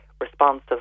responsive